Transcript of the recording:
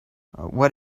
what